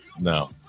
No